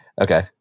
Okay